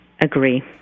Agree